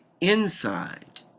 inside